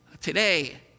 Today